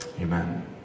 Amen